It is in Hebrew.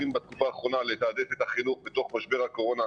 צריכים לתעדף את החינוך בתוך משבר הקורונה